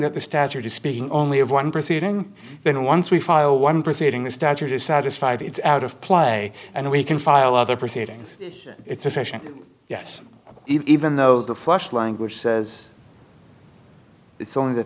that the statute is speaking only of one proceeding then once we file one proceeding the statute is satisfied it's out of play and we can file other proceedings it's official yes even though the flush language says it's only the